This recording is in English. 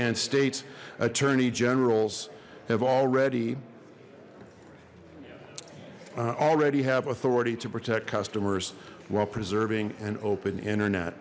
and state's attorney general's have already already have authority to protect customers while preserving an open internet